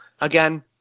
Again